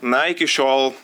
na iki šiol